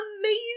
amazing